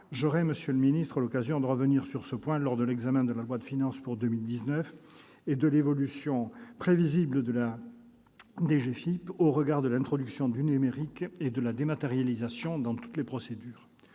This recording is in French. l'occasion, monsieur le secrétaire d'État, de revenir sur ce point lors de l'examen du projet de loi de finances pour 2019, à propos de l'évolution prévisible de la DGFiP au regard de l'introduction du numérique et de la dématérialisation de toutes les procédures.